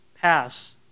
pass